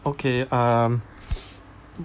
okay um